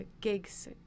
gigs